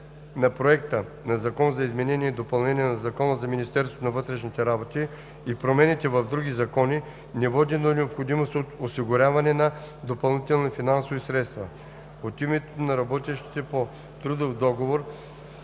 на Проекта на закон за изменение и допълнение на Закона за Министерството на вътрешните работи и промените в други закони не води до необходимост от осигуряване на допълнителни финансови средства. От името на работещите по трудов договор